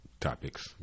topics